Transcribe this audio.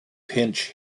pinch